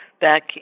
back